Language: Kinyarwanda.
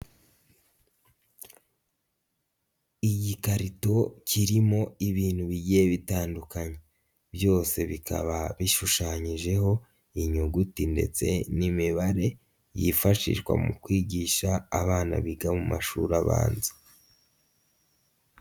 Igikarito kirimo ibintu bigiye bitandukanye, byose bikaba bishushanyijeho inyuguti ndetse n'imibare yifashishwa mu kwigisha abana biga mu mashuri abanza.